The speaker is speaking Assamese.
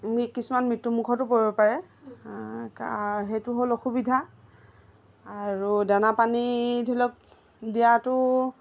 কিছুমান মৃত্যুমুখতো পৰিব পাৰে সেইটো হ'ল অসুবিধা আৰু দানা পানী ধৰি লওক দিয়াটো